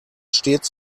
stets